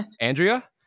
Andrea